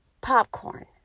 popcorn